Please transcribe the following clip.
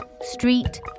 street